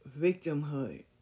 victimhood